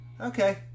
okay